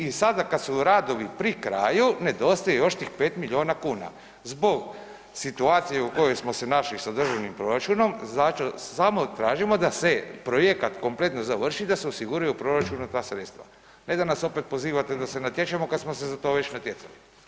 I sada kad su radovi pri kraju nedostaje još tih 5 milijona kuna zbog situacije u kojoj smo se našli sa državnim proračunom, samo tražimo da se projekat kompletno završi i da se osiguraju u proračunu ta sredstva, ne da nas opet pozivate da se natječemo kad smo se za to već natjecali.